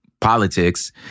politics